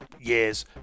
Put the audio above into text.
years